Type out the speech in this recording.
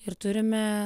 ir turime